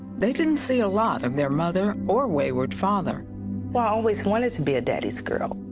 they didn't see a lot of their mother or wayward father. i always wanted to be a daddy's girl.